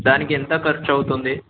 దానికి ఎంత ఖర్చు అవుతుంది